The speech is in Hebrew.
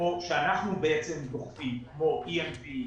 כמו שאנחנו בעצם דוחפים, כמו DMD,